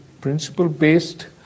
principle-based